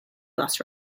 bus